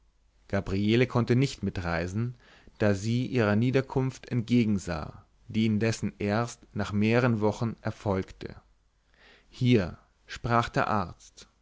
gabriele konnte nicht mitreisen da sie ihrer niederkunft entgegensah die indessen erst nach mehrern wochen erfolgte hier sprach der arzt